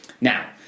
now